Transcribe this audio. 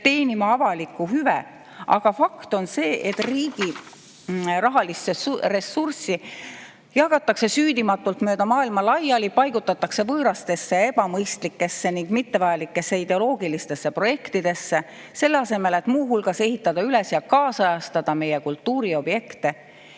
teenima avalikku hüve. Aga fakt on see, et riigi rahalist ressurssi jagatakse süüdimatult mööda maailma laiali, paigutatakse võõrastesse ebamõistlikesse ja mittevajalikesse ideoloogilistesse projektidesse, selle asemel et muu hulgas ehitada üles ja ajakohastada meie kultuuriobjekte,